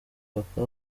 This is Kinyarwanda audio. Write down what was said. papa